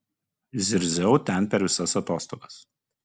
zirziau ten per visas atostogas